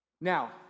Now